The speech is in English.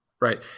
right